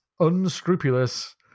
unscrupulous